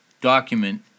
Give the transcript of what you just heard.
document